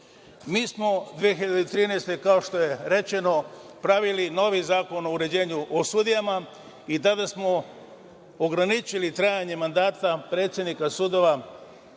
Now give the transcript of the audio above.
smo 2013. godine, kao što je rečeno, pravili novi zakon o sudijama i tada smo ograničili trajanje mandata predsednika sudova